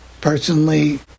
Personally